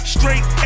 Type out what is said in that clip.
Straight